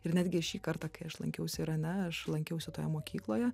ir netgi šį kartą kai aš lankiausi irane aš lankiausi toje mokykloje